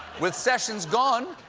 with sessions gone,